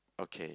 okay